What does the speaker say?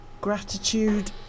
gratitude